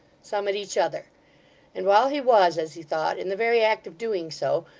some at each other and while he was, as he thought, in the very act of doing so,